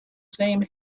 same